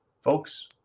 Folks